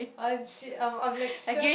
I'm shit I'm I'm like so